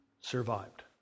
survived